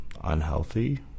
unhealthy